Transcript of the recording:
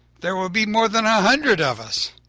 there will be more than a hundred of us!